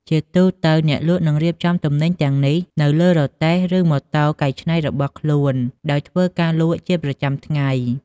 ជាទូទៅ អ្នកលក់នឹងរៀបចំទំនិញទាំងនេះនៅលើរទេះ ឬម៉ូតូកែច្នៃរបស់ខ្លួន ដោយធ្វើការលក់ជាប្រចាំថ្ងៃ។